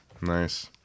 Nice